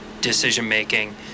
decision-making